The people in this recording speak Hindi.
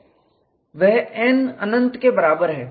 वह n अनंत के बराबर है